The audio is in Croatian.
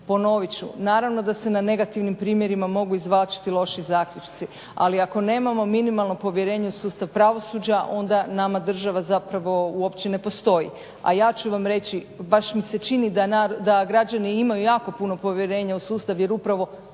Ponovit ću, naravno da se na negativnim primjerima mogu izvlačiti loši zaključci ali ako nemamo minimalno povjerenje u sustav pravosuđa onda nama država zapravo uopće ne postoji, a ja ću vam reći baš mi se čini da građani imaju jako puno povjerenja u sustav jer upravo